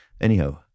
Anyhow